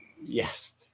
yes